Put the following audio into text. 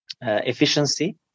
efficiency